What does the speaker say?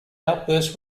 outbursts